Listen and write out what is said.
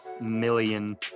million